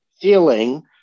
feeling